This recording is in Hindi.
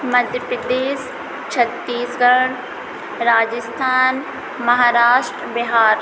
मध्य प्रदेश छत्तीसगढ़ राजेस्थान महाराष्ट्र बिहार